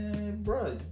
bro